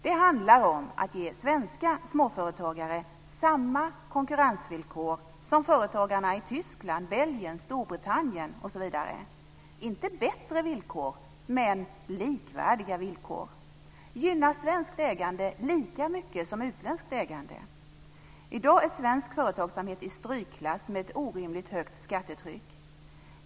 Det handlar om att ge svenska småföretagare samma konkurrensvillkor som företagarna i Tyskland, Belgien, Storbritannien osv. - inte bättre villkor, men likvärdiga villkor. Gynna svenskt ägande lika mycket som utländskt ägande! I dag är svensk företagsamhet i strykklass med ett orimligt högt skattetryck.